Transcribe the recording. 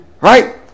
Right